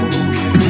okay